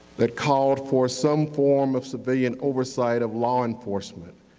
that called for some form of civilian oversight of law enforcement.